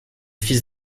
fils